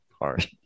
hard